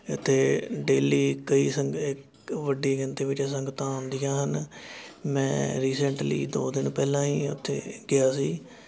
ਇੱਥੇ ਡੇਲੀ ਕਈ ਸੰਗ ਇੱਕ ਵੱਡੀ ਗਿਣਤੀ ਵਿੱਚ ਸੰਗਤਾਂ ਆਉਂਦੀਆਂ ਹਨ ਮੈਂ ਰੀਸੈਂਟਲੀ ਦੋ ਦਿਨ ਪਹਿਲਾਂ ਹੀ ਉੱਥੇ ਗਿਆ ਸੀ